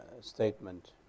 statement